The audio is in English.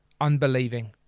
unbelieving